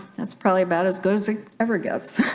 that's probably about as good as it ever gets